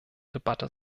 debatte